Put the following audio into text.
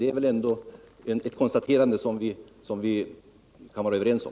Det är väl ändå ett konstaterande som vi kan vara överens om.